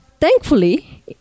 Thankfully